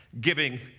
giving